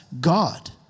God